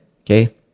Okay